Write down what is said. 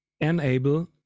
enable